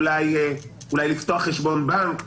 אולי לפתוח חשבון בנק,